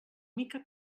mica